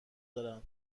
دارن